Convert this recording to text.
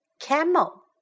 Camel